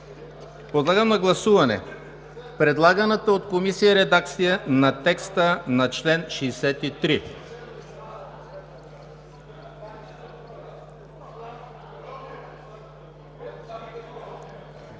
Подлагам на гласуване предлаганата от Комисията редакция на текста на чл. 63.